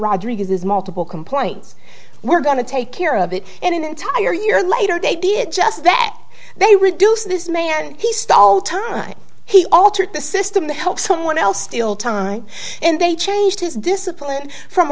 rodriguez's multiple complaints we're going to take care of it and an entire year later they did just that they reduced this man he stole time he altered the system to help someone else still time and they changed his discipline from